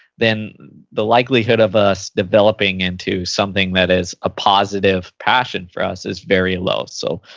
then the likelihood of us developing into something that is a positive passion for us is very low. so,